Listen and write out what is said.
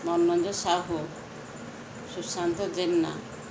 Manoj Sahu Sushant Jena